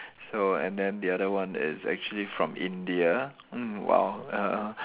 so and then the other one is actually from India mm !wow! ah ah